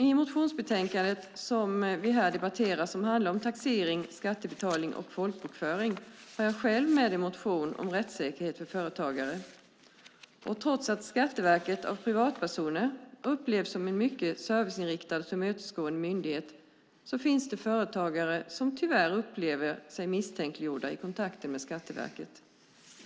I motionsbetänkandet som vi här debatterar som handlar om taxering, skattebetalning och folkbokföring har jag själv med en motion om rättssäkerhet för företagare. Trots att Skatteverket av privatpersoner upplevs som en mycket serviceinriktad och tillmötesgående myndighet finns det företagare som tyvärr upplever sig misstänkliggjorda i kontakter med Skatteverket.